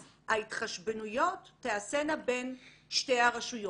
אז ההתחשבנויות תעשינה בין שתי הרשויות.